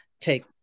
take